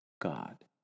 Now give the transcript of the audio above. God